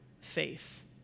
faith